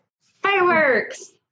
Fireworks